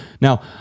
now